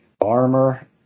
armor